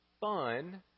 fun